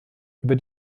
über